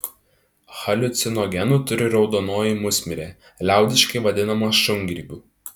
haliucinogenų turi raudonoji musmirė liaudiškai vadinama šungrybiu